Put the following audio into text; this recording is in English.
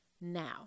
now